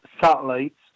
satellites